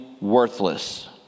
worthless